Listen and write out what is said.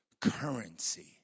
currency